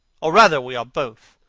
or rather we are both.